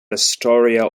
astoria